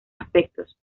aspectos